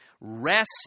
Rest